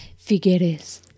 Figueres